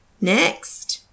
next